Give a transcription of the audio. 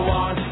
on